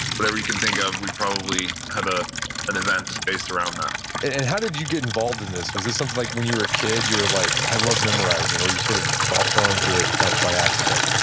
whatever you can think of, we probably have ah an event based around that and how did you get involved in this. was this something like when you were a kid you were like, i love memorizing? or you sort of fell into it by accident?